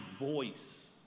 voice